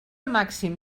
màxim